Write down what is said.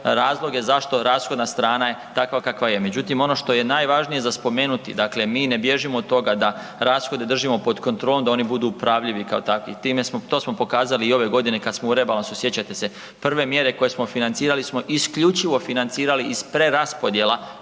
razloge zašto rashodna strana je takva kakva je. Međutim, ono što je najvažnije za spomenuti, dakle mi ne bježimo od toga da rashode držimo pod kontrolom da oni budu upravljivi kao takvi. Time smo, to smo pokazali i ove godine kad smo u rebalansu, sjećate se, prve mjere koje smo financirali smo isključivo financirali iz preraspodjela